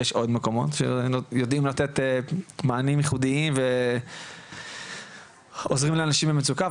יש עוד מקומות שיודעים לתת מענים ייחודיים ועוזרים לאנשים במצוקה,